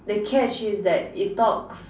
the catch is that it talks